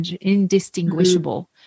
indistinguishable